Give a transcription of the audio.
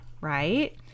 right